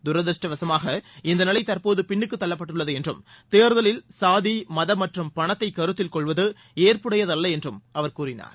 தூதிருஷ்டவசமாக இந்த நிலை தற்போது பின்னுக்கு தள்ளப்பட்டுள்ளது என்றும் தேர்தலில் சாதி மதம் மற்றும் பணத்தை கருத்தில் கொள்வது ஏற்புயடையதல்ல என்றும் அவர் கூறினார்